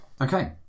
okay